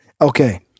Okay